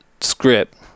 script